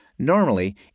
Normally